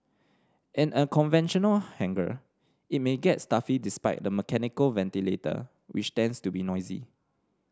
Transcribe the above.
in a conventional hangar it may get stuffy despite the mechanical ventilator which tends to be noisy